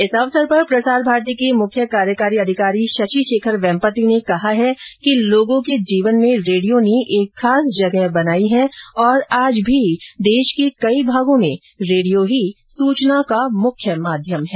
इस अवसर पर प्रसार भारती के मुख्य कार्यकारी अधिकारी शशिशेखर वेम्पत्ति ने कहा है कि लोगों के जीवन में रेडियो ने एक खास जगह बनाई है और आज भी देश के कई भागों में रेडियो ही सूचना का मुख्य माध्यम है